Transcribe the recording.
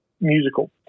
musical